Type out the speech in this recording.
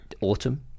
autumn